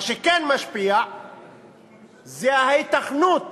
מה שכן משפיע זו ההיתכנות